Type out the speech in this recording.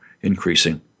increasing